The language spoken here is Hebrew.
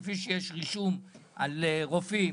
כפי שיש רישום על רופאים,